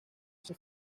esa